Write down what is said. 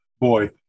boy